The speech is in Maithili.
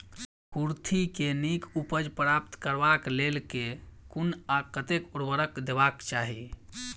कुर्थी केँ नीक उपज प्राप्त करबाक लेल केँ कुन आ कतेक उर्वरक देबाक चाहि?